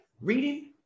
Reading